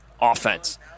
offense